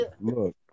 Look